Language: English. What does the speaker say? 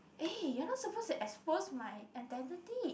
eh you're not supposed to expose my identity